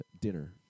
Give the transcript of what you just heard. dinner